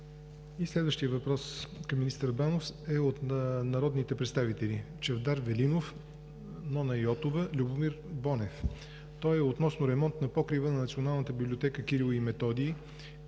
Следващият въпрос към министър Банов е от народните представители: Чавдар Велинов, Нона Йотова, Любомир Бонев. Той е относно ремонт на покрива на Националната библиотека „Св. св. Кирил и Методий“